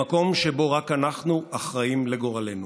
במקום שבו רק אנחנו אחראים לגורלנו.